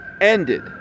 ended